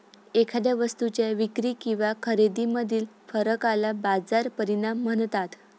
एखाद्या वस्तूच्या विक्री किंवा खरेदीमधील फरकाला बाजार परिणाम म्हणतात